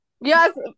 Yes